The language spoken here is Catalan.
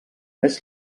més